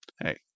hey